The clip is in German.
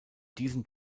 diesem